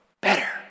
better